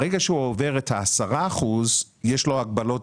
ברגע שהוא עובר את ה-10 אחוזים, יש לו הגבלות.